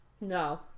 No